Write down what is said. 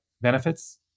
benefits